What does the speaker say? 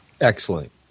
Excellent